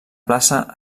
plaça